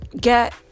get